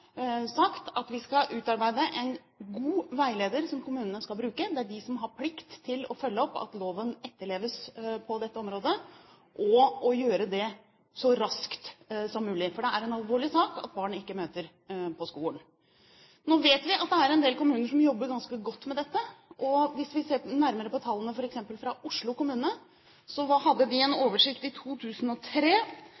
sagt at vi skal utarbeide en god veileder som kommunene skal bruke, det er de som har plikt til å følge opp at loven etterleves på dette området, og å gjøre det så raskt som mulig, for det er en alvorlig sak at barn ikke møter på skolen. Nå vet vi at det er en del kommuner som jobber ganske godt med dette. Hvis vi ser nærmere på tallene fra f.eks. Oslo kommune, hadde man der en oversikt i 2003 – da anmeldte de